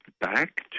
back